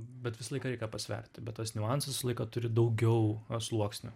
bet visą laiką reikia pasverti bet tas niuansas visą laiką turi daugiau sluoksnių